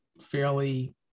fairly